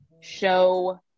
show